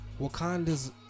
Wakanda's